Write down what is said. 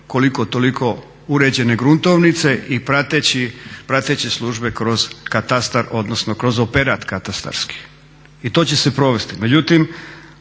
koliko toliko uređene gruntovnice i prateće službe kroz katastar, odnosno kroz operat katastarski. I to će se provesti.